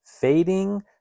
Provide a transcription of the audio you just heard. fading